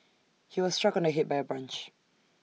he was struck on the Head by A branch